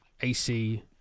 AC